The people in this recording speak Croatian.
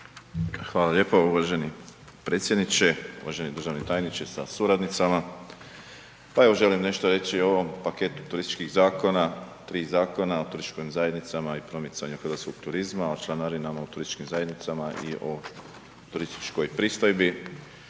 Hvala lijepo uvaženi predsjedniče, uvaženi državni tajniče sa suradnicama, pa evo želim nešto reći o ovom paketu turističkih zakona, 3 Zakona o turističkim zajednicama i promicanju hrvatskog turizma, o članarinama u turističkim zajednicama i o turističkoj pristojbi